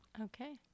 Okay